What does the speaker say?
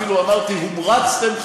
אפילו אמרתי "הומרצתם",